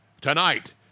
Tonight